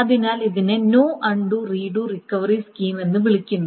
അതിനാൽ ഇതിനെ no undue read recovery scheme എന്ന് വിളിക്കുന്നു